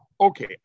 Okay